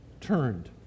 turned